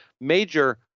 major